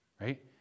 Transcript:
right